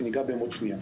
שניגע בהם עוד מעט.